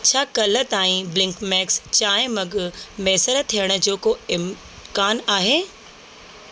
छा कल्ह ताईं ब्लिंकमैक्स चांहिं मग मुयसरु थियण जो को इम्कान आहे